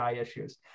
issues